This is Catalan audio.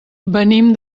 venim